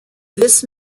this